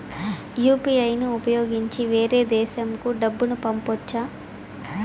UPI ని ఉపయోగించి వేరే దేశంకు డబ్బును పంపొచ్చా?